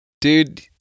dude